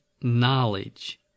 knowledge